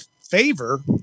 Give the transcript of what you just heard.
favor